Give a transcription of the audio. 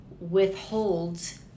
withholds